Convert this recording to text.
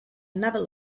another